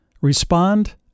respond